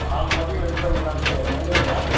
आलुवा देग्लाय बेसेबां मोना नोंस्रालाय न'आव मावनाया